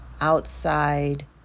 outside